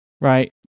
Right